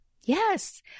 Yes